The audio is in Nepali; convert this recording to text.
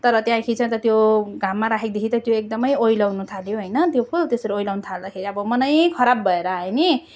तर त्यहाँ को त्यो घाममा राखेको देखि त त्यो एकदमै ओइल्याउनु थाल्यो होइन त्यो को त्यसरी ओइल्याउनु थाल्दाखेरि अब मनै खराब भएर आयो नि